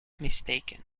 mistaken